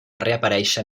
reaparèixer